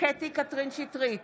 קטי קטרין שטרית,